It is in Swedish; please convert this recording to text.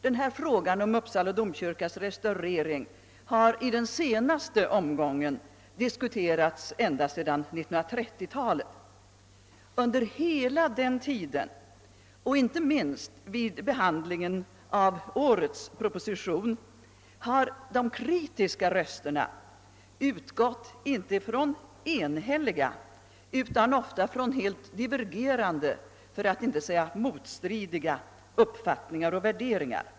Denna fråga om Uppsala domkyrkas restaurering har i den senaste omgången diskuterats ända sedan 1930-talet. Under hela den tiden, inte minst vid behandlingen av årets proposition, har de kritiska rösterna utgått inte från enhälliga utan ofta från helt divergerande för att inte säga motstridiga uppfattningar och värderingar.